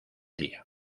día